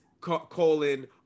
colon